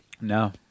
No